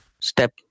step